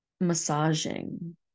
Massaging